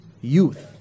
Youth